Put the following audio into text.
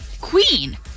Queen